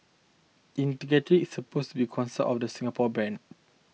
integrity supposed to be cornerstone of the Singapore brand